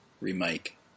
remake